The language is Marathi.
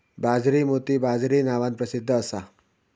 बाजरी मोती बाजरी नावान प्रसिध्द असा